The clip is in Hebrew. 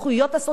וחבר'ה,